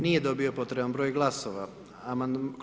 Nije dobio potreban broj glasova.